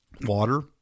water